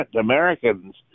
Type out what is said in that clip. Americans